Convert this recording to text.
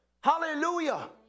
Hallelujah